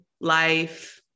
life